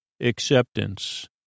acceptance